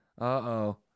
Uh-oh